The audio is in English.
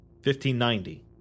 1590